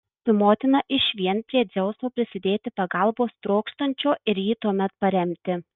su motina išvien prie dzeuso prisidėti pagalbos trokštančio ir jį tuomet paremti